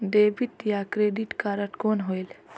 Debit या credit card कौन होएल?